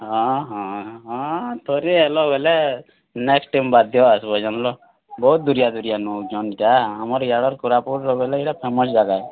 ହଁ ହଁ ହଁ ଥରେ ଆଏଲ ବେଲେ ନେକ୍ସ୍ଟ୍ ଟାଇମ୍ ବାଧ୍ୟ ଆସ୍ବ ଜାଣ୍ଲ ବହୁତ୍ ଦୁରିଆ ଦୁରିଆନୁ ଆଉଛନ୍ ଇ'ଟା ଯାହା ଆମର୍ ଇଆଡ଼ର୍ କୋରାପୁଟ୍ ର ବଏଲେ ଇ'ଟା ଫେମସ୍ ଜାଗା ଆଏ